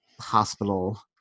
hospital